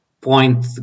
point